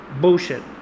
bullshit